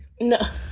No